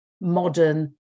modern